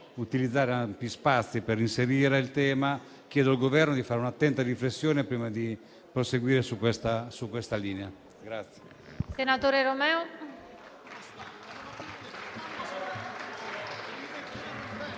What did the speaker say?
utilizzare ampi spazi per inserire il tema: chiedo al Governo di fare un'attenta riflessione prima di proseguire su questa linea.